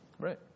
Right